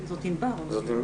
ענבר.